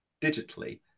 digitally